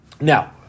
Now